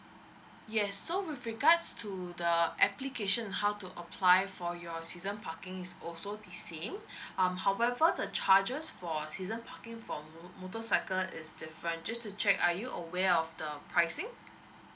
yes so with regards to the application how to apply for your season parking is also the same um however the charges for a season parking from motorcycle is different just to check are you aware of the pricing